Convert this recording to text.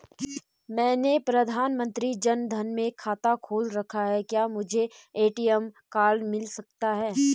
मैंने प्रधानमंत्री जन धन में खाता खोल रखा है क्या मुझे ए.टी.एम कार्ड मिल सकता है?